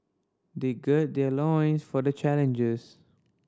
they gird their loins for the challenges